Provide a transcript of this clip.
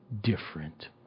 different